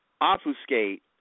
obfuscate